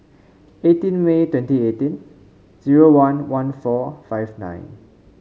eighteen May twenty eighteen zero one one four five nine